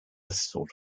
sort